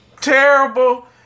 terrible